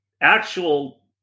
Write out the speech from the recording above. actual